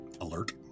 alert